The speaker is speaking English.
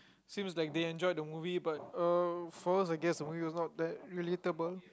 seems like they enjoyed the movie but uh for us I guess the movie was not that relatable